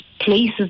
places